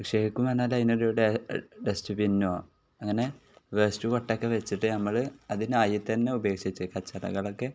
നിക്ഷേപിക്കും എന്ന് പറഞ്ഞാൽ അതിന് ഒരു ഡസ്റ്റ്ബിന്നോ അങ്ങനെ വേസ്റ്റ് കോട്ടയൊക്കെ വെച്ചിട്ട് ഞങ്ങൾ അതിനായി തന്നെ ഉപേക്ഷിച്ച് കച്ചറകളൊക്കെ